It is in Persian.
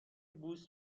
بوس